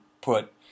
put